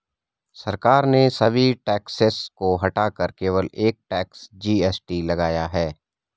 सरकार ने सभी टैक्सेस को हटाकर केवल एक टैक्स, जी.एस.टी लगाया है